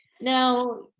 now